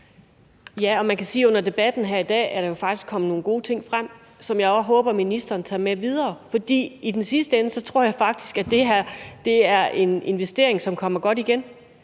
(V): Man kan sige, at under debatten her i dag er der jo kommet nogle gode ting frem, som jeg også håber ministeren tager med videre, for i den sidste ende tror jeg faktisk, at det her er en investering, som kommer godt igen,